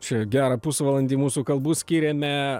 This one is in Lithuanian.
čia gerą pusvalandį mūsų kalbų skyrėme